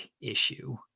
issue